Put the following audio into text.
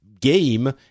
game